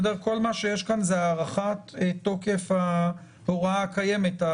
כל מה שיש כאן זה הארכת תוקף ההוראה הקיימת.